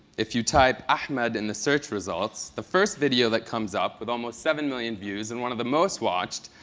if you type ahmed in the search results, the first video that comes up, with almost seven million views and one of the most watched,